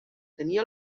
tenia